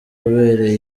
ubereye